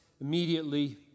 immediately